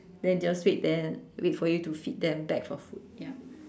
then they'll sit there wait for you to feed them beg for food ya